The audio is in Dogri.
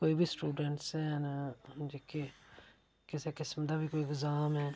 कोई बी स्टूडेंटस हैन जेहके किसे किस्म दा बी इंग्जाम ऐ